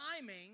timing